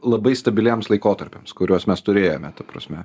labai stabiliems laikotarpiams kuriuos mes turėjome ta prasme